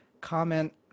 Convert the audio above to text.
comment